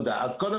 כימים.